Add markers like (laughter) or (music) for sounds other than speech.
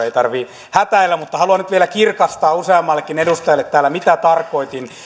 (unintelligible) ei tarvitse hätäillä haluan nyt vielä kirkastaa useammallekin edustajalle täällä mitä tarkoitin